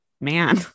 man